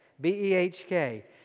B-E-H-K